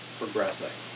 progressing